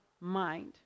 mind